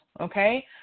Okay